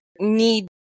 need